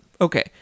okay